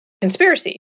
conspiracy